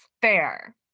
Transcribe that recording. fair